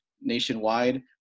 nationwide